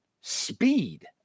speed